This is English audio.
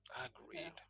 Agreed